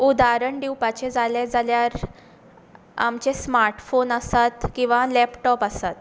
उदाहरण दिवपाचें जालें जाल्यार आमचे स्मार्टफॉन आसात किंवां लॅपटाॅप आसात